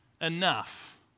enough